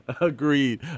Agreed